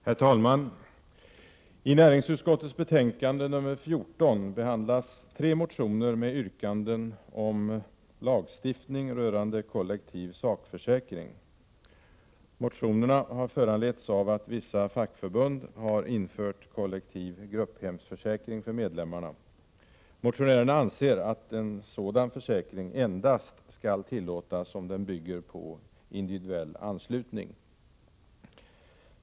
Herr talman! I näringsutskottets betänkande nr 14 behandlas tre motioner med yrkanden om lagstiftning rörande kollektiv sakförsäkring. Motionerna har föranletts av att vissa fackförbund har infört kollektiv grupphemförsäkring för medlemmarna. Motionärerna anser att sådan försäkring endast skall tillåtas om den bygger på individuell anslutning.